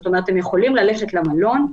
הם יכולים ללכת למלון,